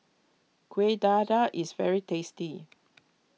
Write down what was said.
Kuih Dadar is very tasty